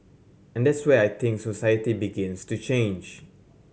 and that's where I think society begins to change